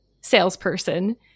salesperson